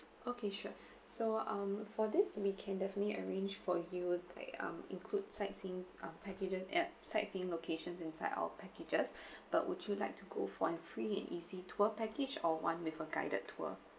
okay sure so um for this we can definitely arrange for you like um include sightseeing uh packages at sightseeing locations inside our packages uh would you like to go for a free and easy tour package or one with a guided tour